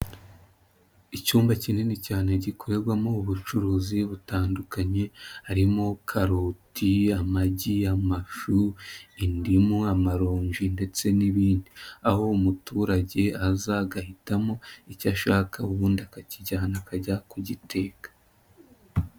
Icyumba kinini cyane gikorerwamo ubucuruzi butandukanye harimo karoti, amagi, amashu, indimu, amaronji, ndetse n'ibindi. Aho umuturage aza agahitamo icyo ashaka ubundi akakijyana akajya kugiteka.